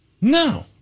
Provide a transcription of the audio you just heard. No